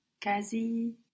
kazi